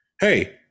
hey